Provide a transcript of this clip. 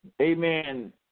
Amen